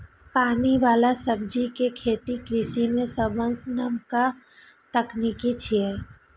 पानि बला सब्जी के खेती कृषि मे सबसं नबका तकनीक छियै